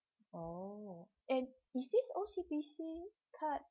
oh and is this O_C_B_C card